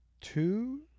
two